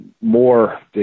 more